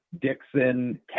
Dixon